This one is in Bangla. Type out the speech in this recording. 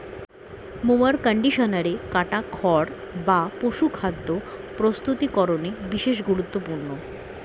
মোয়ার কন্ডিশনারে কাটা খড় বা পশুখাদ্য প্রস্তুতিকরনে বিশেষ গুরুত্বপূর্ণ